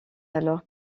alors